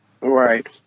Right